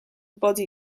body